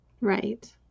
Right